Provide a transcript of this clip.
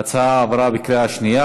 ההצעה עברה בקריאה שנייה.